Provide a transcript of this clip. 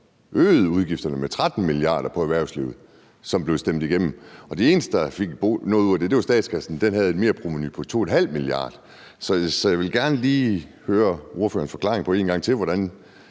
erhvervslivet med 13 mia. kr., og det blev stemt igennem. De eneste, der fik noget ud af det, var statskassen; den havde et merprovenu på 2,5 mia. kr. Så jeg vil gerne lige en gang til høre ordførerens forklaring på, hvordan